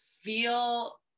feel